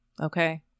okay